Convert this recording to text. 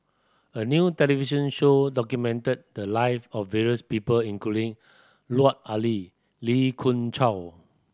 a new television show documented the live of various people including Lut Ali Lee Khoon Choy